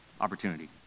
opportunity